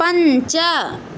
पञ्च